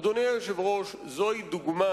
אדוני היושב-ראש, זוהי דוגמה